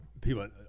people